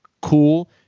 cool